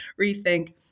rethink